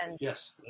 Yes